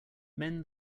men